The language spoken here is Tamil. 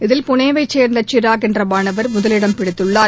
இதில் புனேவை சேர்ந்த சிராக் என்ற மாணவர் முதலிடம் பெற்றுள்ளார்